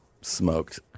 smoked